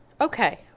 Okay